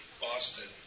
Boston